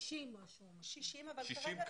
כרגע 60. בפיזיותרפיה.